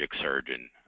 surgeon